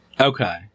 Okay